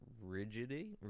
rigidity